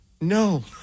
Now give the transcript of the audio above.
no